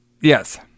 Yes